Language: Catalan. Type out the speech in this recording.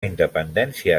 independència